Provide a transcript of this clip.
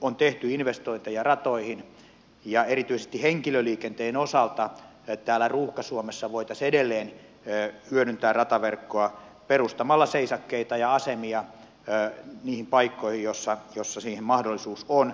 on tehty investointeja ratoihin ja erityisesti henkilöliikenteen osalta täällä ruuhka suomessa voitaisiin edelleen hyödyntää rataverkkoa perustamalla seisakkeita ja asemia niihin paikkoihin joissa siihen mahdollisuus on